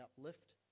uplift